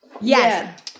yes